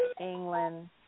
England